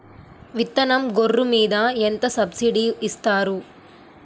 విత్తనం గొర్రు మీద ఎంత సబ్సిడీ ఇస్తారు?